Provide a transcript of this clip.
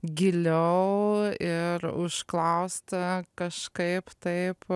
giliau ir užklausti kažkaip taip